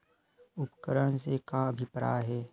उपकरण से का अभिप्राय हे?